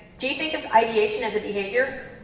do you think of ideation as a behavior?